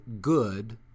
good